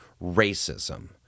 racism